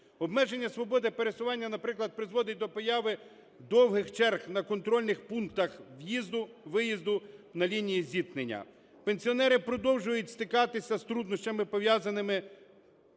Обмеження свободи пересування, наприклад, призводить до появи довгих черг на контрольних пунктах в'їзду-виїзду на лінії зіткнення. Пенсіонери продовжують стикатися з труднощами, пов'язаними